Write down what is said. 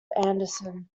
anderson